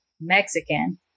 Mexican